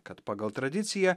kad pagal tradiciją